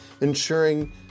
ensuring